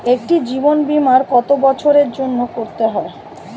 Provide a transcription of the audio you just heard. একটি জীবন বীমা কত বছরের জন্য করতে হয়?